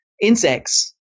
Insects